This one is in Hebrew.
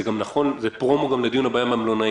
זה פרומו גם לדיון הבא עם המלונאים.